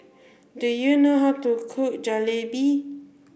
do you know how to cook Jalebi